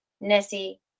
nessie